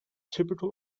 typical